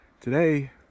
Today